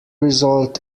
result